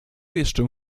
jeszcze